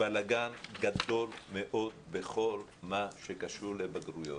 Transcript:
בלגן גדול מאוד בכל מה שקשור לבגרויות.